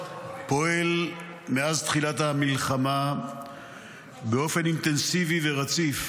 מאז תחילת המלחמה משרד האוצר פועל באופן אינטנסיבי ורציף